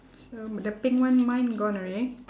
so m~ the pink one mine gone already